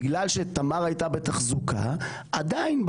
בגלל שתמר הייתה בתחזוקה עדיין,